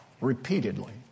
repeatedly